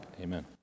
Amen